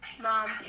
mom